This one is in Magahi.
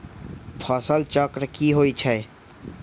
फसल चक्र की होई छै?